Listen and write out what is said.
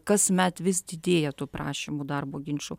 kasmet vis didėja tų prašymų darbo ginčų